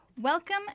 Welcome